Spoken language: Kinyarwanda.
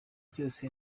byose